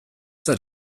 that